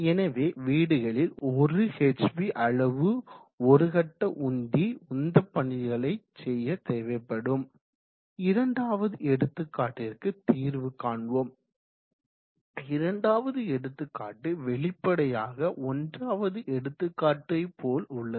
எனவே வீடுகளில் 1 ஹெச்பி அளவு ஒரு கட்ட உந்தி உந்த பணிகளை செய்ய தேவைப்படும் இரண்டாவது எடுத்துக்காட்டிற்கு தீர்வு காண்போம் இரண்டாவது எடுத்துக்காட்டு வெளிப்படையாகவே ஒன்றாவது எடுத்துக்காட்டை போல் உள்ளது